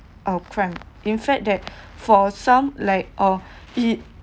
uh crime in fact that for some like or it